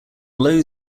low